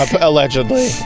allegedly